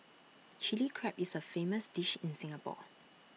Chilli Crab is A famous dish in Singapore